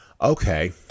okay